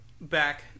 back